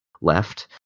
left